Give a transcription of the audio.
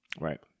Right